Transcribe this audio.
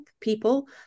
people